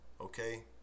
okay